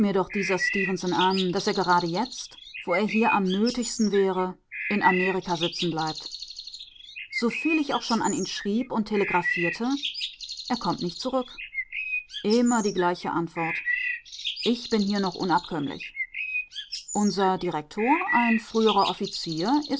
doch dieser stefenson an daß er gerade jetzt wo er hier am nötigsten wäre in amerika sitzenbleibt soviel ich auch schon an ihn schrieb und telegraphierte er kommt nicht zurück immer die gleiche antwort ich bin hier noch unabkömmlich unser direktor ein früherer offizier